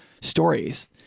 stories